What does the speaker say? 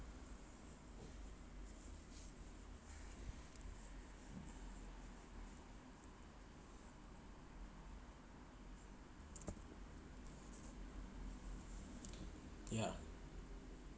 yeah